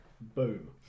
boom